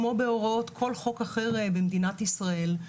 כמו בהוראות כל חוק אחר במדינת ישראל.